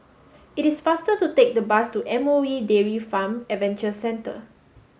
it is faster to take the bus to M O E Dairy Farm Adventure Centre